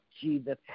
Jesus